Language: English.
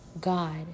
God